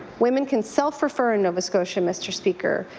women can self-refer in nova scotia, mr. speaker.